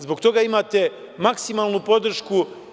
Zbog toga imate maksimalnu podršku.